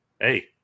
hey